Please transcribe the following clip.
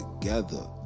together